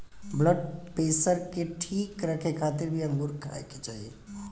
blood pressure के ठीक रखे खातिर भी अंगूर खाए के चाही